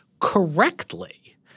correctly